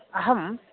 अहं